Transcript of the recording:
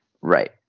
Right